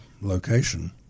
location